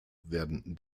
werden